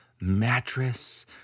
mattress